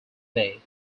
bay